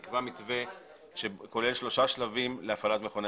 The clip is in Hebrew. נקבע מתווה שכולל שלושה שלבים להפעלת מכוני